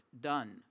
done